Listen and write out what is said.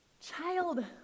Child